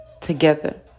Together